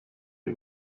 uri